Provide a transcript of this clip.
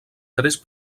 tres